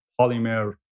polymer